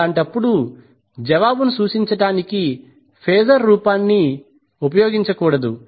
అలాంటప్పుడు జవాబును సూచించడానికి ఫేజర్ రూపాన్ని ఉపయోగించకూడదు